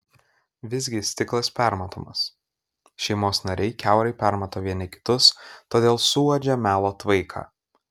visgi stiklas permatomas šeimos nariai kiaurai permato vieni kitus todėl suuodžia melo tvaiką